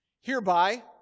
Hereby